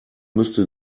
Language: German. müsste